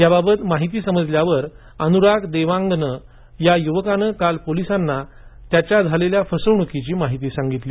याबाबतची माहिती समजल्यावर अनुराग देवांगन या युवकानं काल पोलिसांना त्याच्या झालेल्या फसवणुकीची माहिती सांगितली